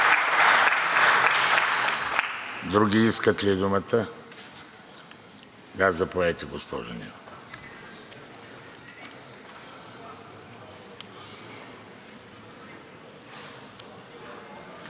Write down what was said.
Други искат ли думата? Да, заповядайте, госпожо Нинова.